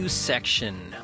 Section